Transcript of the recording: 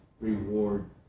reward